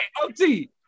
OT